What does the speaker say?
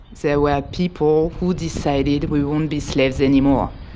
there were people who decided we wouldn't be slaves anymore.